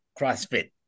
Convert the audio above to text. CrossFit